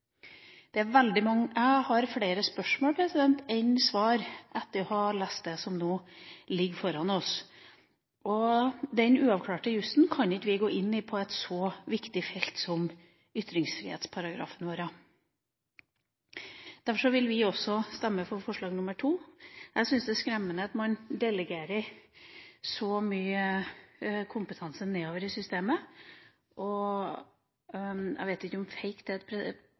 dette som veldig uavklart jus. Jeg har flere spørsmål enn svar etter å ha lest det som ligger foran oss. Den uavklarte jussen kan vi ikke gå inn i på et så viktig felt som ytringsfrihetsparagrafene våre. Derfor vil vi også stemme for forslag nr. 2. Jeg syns det er skremmende at man delegerer så mye kompetanse nedover i systemet. Jeg vet ikke om «feigt» er et